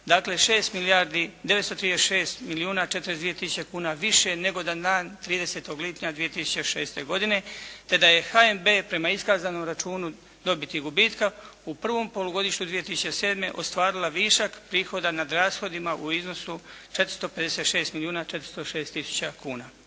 milijuna 42 tisuće kuna više nego na dan 30. lipnja 2006. godine te da je HNB prema iskazanom računu dobiti i gubitka u prvom polugodištu 2007. ostvarila višak prihoda nad rashodima u iznosu 456 milijuna